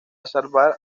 salvar